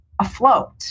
afloat